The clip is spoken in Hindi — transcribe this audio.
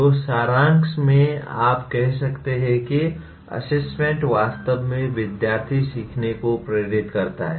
तो सारांश में आप कह सकते हैं कि असेसमेंट वास्तव में विद्यार्थी सीखने को प्रेरित करता है